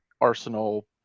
arsenal